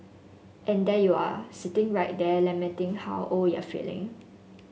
and there you are sitting right there lamenting how old you're feeling